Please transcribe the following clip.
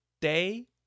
day